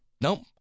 Nope